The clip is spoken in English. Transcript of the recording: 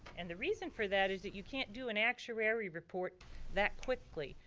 and the reason for that is that, you can't do an actuary report that quickly.